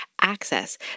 access